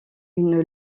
une